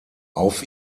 auf